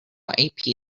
api